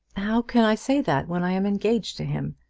how can i say that when i am engaged to him?